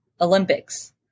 Olympics